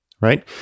right